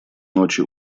ночи